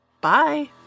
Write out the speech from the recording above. Bye